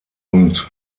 und